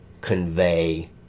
convey